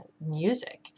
music